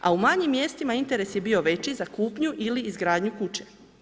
A u manjim mjestima interes je bio veći za kupnju ili izgradnju kuće.